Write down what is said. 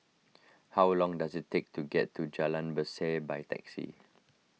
how long does it take to get to Jalan Berseh by taxi